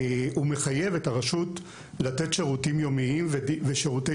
מחייב את הרשות לתת שירותים יומיים ושירותי